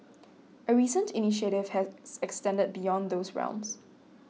a recent initiative has extended beyond those realms